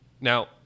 Now